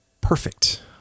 perfect